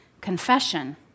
confession